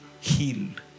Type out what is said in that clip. healed